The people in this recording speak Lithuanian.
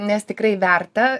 nes tikrai verta